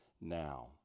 now